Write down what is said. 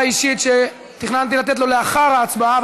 האישית שתכננתי לתת לו לאחר ההצבעה.